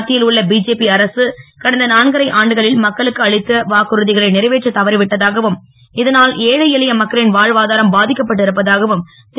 மத்தியில் உள்ள பிஜேபி அரசு கடந்த நான்கரை ஆண்டுகளில் மக்களுக்கு அளித்து வாக்குறுதிகளை நிறைவேற்றத் தவறிவிட்டதாகவும் இதுல் ஏழை எளிய மக்களின் வாழ்வாதாரம் பாதிக்கப் பட்டிருப்பதாகவும் திரு